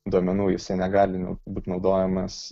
duomenų jisai negali būt naudojamas